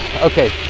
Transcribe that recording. Okay